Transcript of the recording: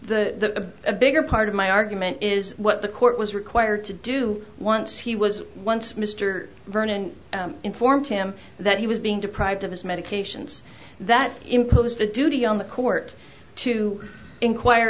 a bigger part of my argument is what the court was required to do once he was once mr vernon informed him that he was being deprived of his medications that imposed a duty on the court to inquire